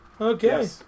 Okay